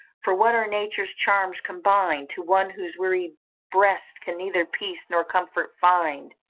for what are nature's charms combin'd, to one, whose weary breast can neither peace nor comfort find,